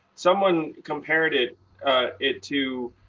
someone compared it it to